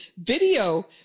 video